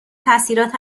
تاثیرات